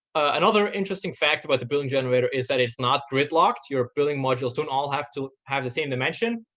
another interesting fact about the building generator is that it's not gridlocked. your building modules don't all have to have the same dimension.